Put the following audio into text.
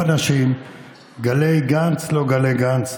בבקשה.